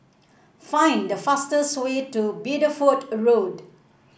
find the fastest way to Bideford Road